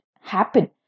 happen